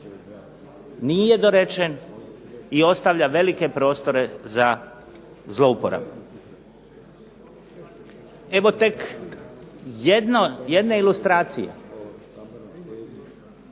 nije dorečen i ostavlja velike prostore za zlouporabu. Evo tek jedne ilustracije.